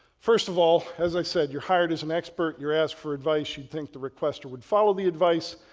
first of all as i said you're hired as an expert, you're asked for advice, you think the requester would follow the advice,